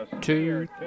two